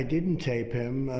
didn't tape him.